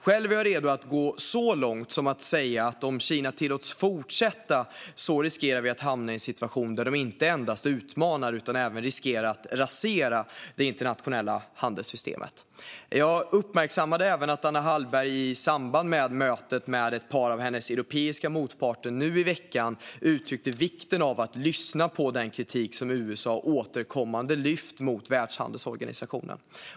Själv är jag redo att gå så långt som till att säga att om Kina tillåts fortsätta riskerar vi att hamna i en situation där de inte bara utmanar utan även riskerar att rasera det internationella handelssystemet. Jag uppmärksammade även att Anna Hallberg i samband med mötet med ett par av sina europeiska motparter nu i veckan gav uttryck för vikten av att lyssna på den kritik som USA återkommande lyft mot Världshandelsorganisationen.